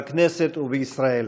בכנסת ובישראל.